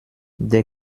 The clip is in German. der